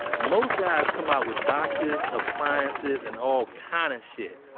most guys come out with boxes, appliances, and all kind of shit.